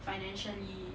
financially